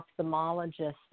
ophthalmologist